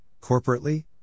corporately